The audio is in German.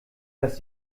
das